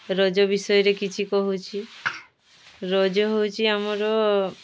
ରଜ ବିଷୟରେ କିଛି କହୁଛି ରଜ ହଉଛି ଆମର